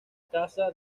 casa